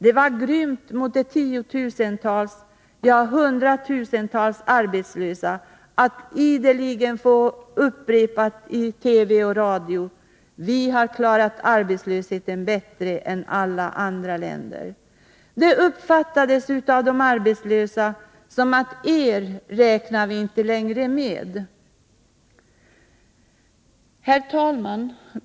Det var grymt mot de tiotusentals, ja, hundratusentals arbetslösa att ideligen i TV och radio upprepa: ”Vi har klarat arbetslösheten bättre än alla andra länder.” Det uppfattades av de arbetslösa så att man inte längre räknar med dem. Herr talman!